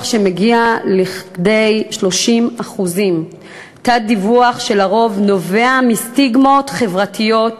שמגיע לכדי 30%; תת-דיווח שלרוב נובע מסטיגמות חברתיות.